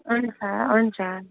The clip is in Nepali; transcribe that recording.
हुन्छ हुन्छ